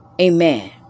Amen